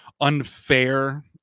unfair